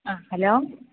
ആ ഹലോ